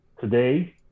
today